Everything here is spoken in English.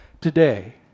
today